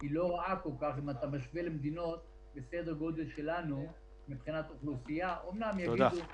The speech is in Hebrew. אבל אחרי שאתה מדבר 20 דקות עם עצמאי כזה ועצמאי